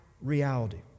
reality